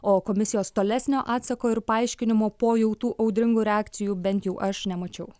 o komisijos tolesnio atsako ir paaiškinimo po jau tų audringų reakcijų bent jau aš nemačiau